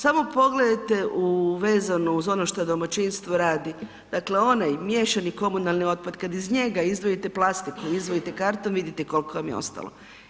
Samo pogledajte u, vezano uz ono što domaćinstvo radi, dakle onaj miješani komunalni otpad kad iz njega izdvojite plastiku, izdvojite karton vidite koliko vam je ostalo.